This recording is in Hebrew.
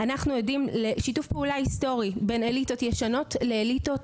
אנחנו עדים לשיתוף פעולה היסטורי בין אליטות ישנות לאליטות